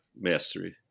mastery